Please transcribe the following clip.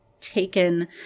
taken